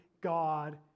God